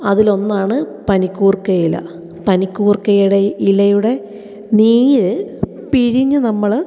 അതിൽ ഒന്നാണ് പനിക്കൂർക്ക ഇല പനിക്കൂർക്കയുടെ ഇലയുടെ നീര് പിഴിഞ്ഞ് നമ്മൾ